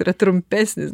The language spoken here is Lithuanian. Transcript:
yra trumpesnis